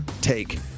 take